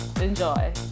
Enjoy